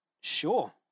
sure